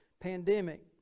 pandemic